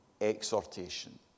exhortation